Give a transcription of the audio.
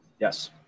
Yes